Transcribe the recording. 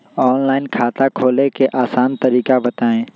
Online खाता खोले के आसान तरीका बताए?